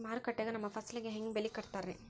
ಮಾರುಕಟ್ಟೆ ಗ ನಮ್ಮ ಫಸಲಿಗೆ ಹೆಂಗ್ ಬೆಲೆ ಕಟ್ಟುತ್ತಾರ ರಿ?